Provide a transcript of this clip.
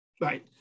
Right